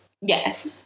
Yes